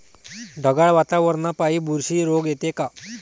ढगाळ वातावरनापाई बुरशी रोग येते का?